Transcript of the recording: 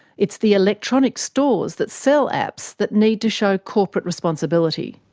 it's the electronic stores that sell apps that need to show corporate responsibility.